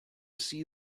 see